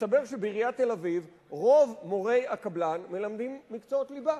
מסתבר שבעיריית תל-אביב רוב מורי הקבלן מלמדים מקצועות ליבה.